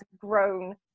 grown